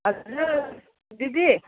हजुर दिदी